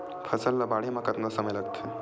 फसल ला बाढ़े मा कतना समय लगथे?